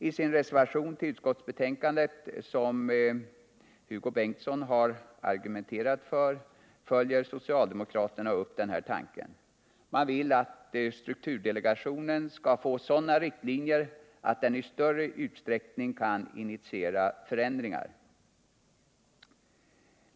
I sin reservation till utskottsbetänkandet, som Hugo Bengtsson har argumenterat för, följer socialdemokraterna upp den här tanken. Man vill att strukturdelegationen skall få sådana direktiv att den i större usträckning kan initiera förändringar.